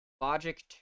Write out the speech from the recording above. Logic